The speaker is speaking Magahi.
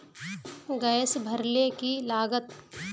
गैस भरले की लागत?